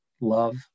love